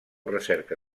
recerca